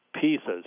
pieces